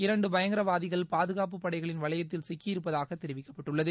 இரண்டு பயங்கரவாதிகள் பாதுகாப்புப் படைகளின் வளையத்தில் சிக்கி இருப்பதாக தெரிவிக்கப்பட்டுள்ளது